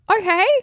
Okay